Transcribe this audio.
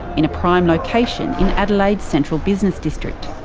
in a prime location in adelaide's central business district.